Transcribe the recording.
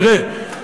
תראה,